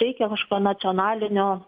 reikia kažkokio nacionalinio